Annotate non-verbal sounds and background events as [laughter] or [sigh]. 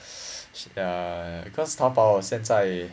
[breath] ya because 淘宝现在